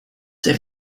ses